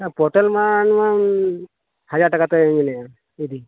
ᱟᱨ portal ᱢᱟ ᱦᱟᱡᱟᱨ ᱴᱟᱠᱟ ᱛᱮᱧ ᱢᱮᱱᱮᱜᱼᱟ ᱤᱫᱤ